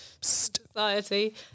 society